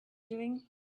doing